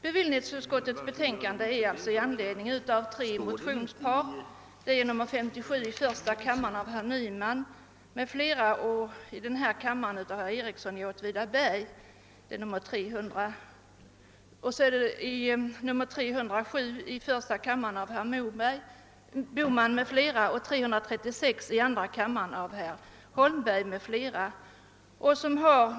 Bevillningsutskottets betänkande har alltså föranletts av bl.a. motionsparen 1:57 av herr Nyman m.fl. och II:65 av herr Ericsson i Åtvidaberg samt av 1: 307 av herr Bohman m.fl. och 11:336 av herr Holmberg m.fl.